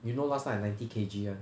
you know last time I ninety K_G one